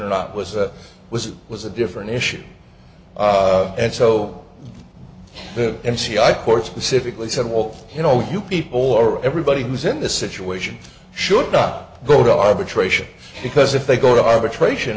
not was that was it was a different issue and so the m c i court specifically said well you know you people or everybody who's in this situation should not go to arbitration because if they go to arbitration